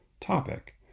topic